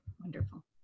Wonderful